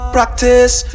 Practice